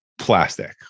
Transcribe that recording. Plastic